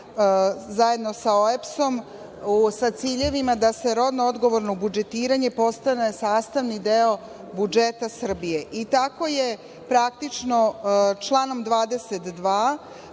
zajedno sa OEBS-om sa ciljevima da se rodno odgovorno budžetiranje postane sastavni deo budžeta Srbije. Tako je praktično članom 22.